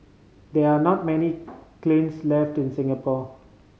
there are not many kilns left in Singapore